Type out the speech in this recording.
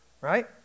right